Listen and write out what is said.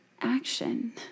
action